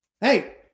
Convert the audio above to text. Hey